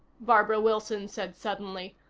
barbara wilson said suddenly.